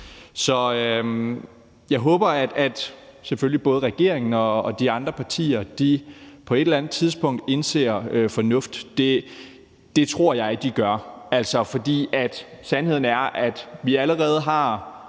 Jeg håber, at både regeringen og de andre partier på et eller andet tidspunkt kommer til fornuft. Det tror jeg de gør, for sandheden er, at vi allerede mere